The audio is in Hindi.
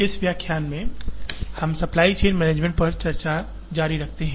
इस व्याख्यान में हम सप्लाई चेन मैनेजमेंट पर चर्चा जारी रखते हैं